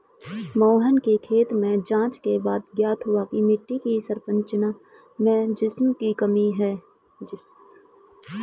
मोहन के खेत में जांच के बाद ज्ञात हुआ की मिट्टी की संरचना में जिप्सम की कमी है